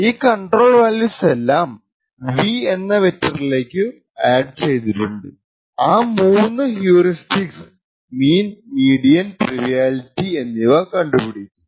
ഈ കണ്ട്രോൾ വാല്യൂസെല്ലാം ഒരു V എന്ന വെക്ടറിലേക്കു ആഡ് ചെയ്തിട്ട് ആ മൂന്ന് ഹ്യുറിസ്റ്റിക്സ് മീൻ മീഡിയൻ ട്രിവിയലിറ്റി എന്നിവ കണ്ടുപിടിക്കും